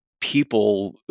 people